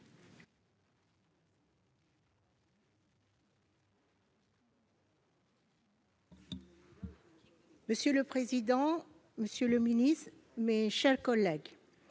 Monsieur le président, monsieur le ministre, mes chers collègues,